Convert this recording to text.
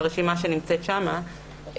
ברשימה שנמצאת שם,